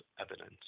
evidence